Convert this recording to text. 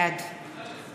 בעד